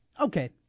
okay